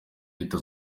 leta